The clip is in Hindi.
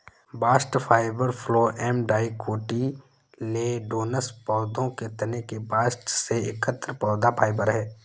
बास्ट फाइबर फ्लोएम डाइकोटिलेडोनस पौधों के तने के बास्ट से एकत्र पौधा फाइबर है